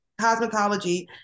cosmetology